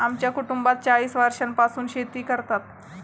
आमच्या कुटुंबात चाळीस वर्षांपासून शेती करतात